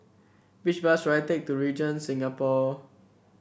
which bus should I take to Regent Singapore